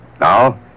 Now